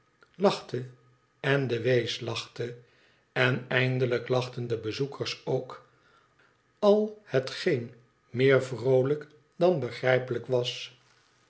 lachte en de wees lachte en eindelijk lachten de bezoekers ook al hetgeen meer vroolijk dan begrijpelijk was